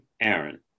Aaron